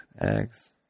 eggs